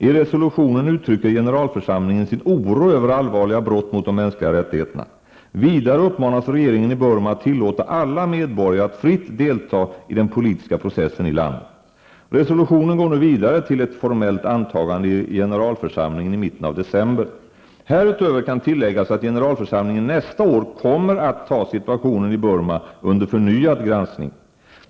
I resolutionen uttrycker generalförsamlingen sin oro över allvarliga brott mot de mänskliga rättigheterna. Vidare uppmanas regeringen i Burma att tillåta alla medborgare att fritt delta i den politiska processen i landet. Resolutionen går nu vidare till ett formellt antagande i generalförsamlingen i mitten av december. Härutöver kan tilläggas att generalförsamlingen nästa år kommer att ta upp situationen i Burma till förnyad granskning.